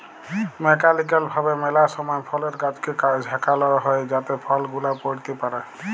mechanical ভাবে ম্যালা সময় ফলের গাছকে ঝাঁকাল হই যাতে ফল গুলা পইড়তে পারে